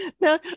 Now